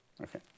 Okay